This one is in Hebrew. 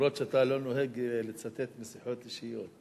למרות שאתה לא נוהג לצטט משיחות אישיות.